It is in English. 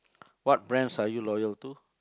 what brands are you loyal to